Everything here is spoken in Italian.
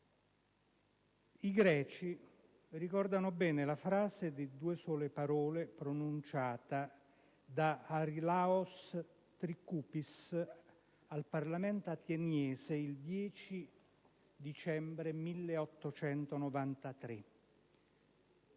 i greci ricordano bene la frase di due sole parole pronunciata da Harílaos Trikoupis al Parlamento ateniese il 10 dicembre 1893: